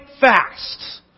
fast